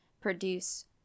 produce